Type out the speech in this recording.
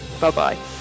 bye-bye